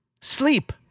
sleep